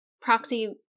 proxy